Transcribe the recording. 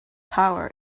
power